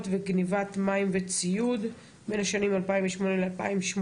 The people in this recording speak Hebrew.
וגניבת מים וציוד בין השנים 2008 ל־2018,